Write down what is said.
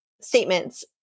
statements